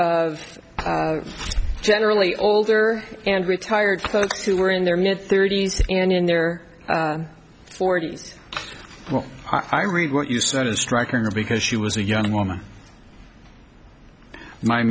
of generally older and retired folks who were in their mid thirty's and in their forty's i read what you sort of striking because she was a young woman my